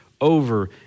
over